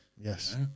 yes